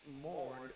more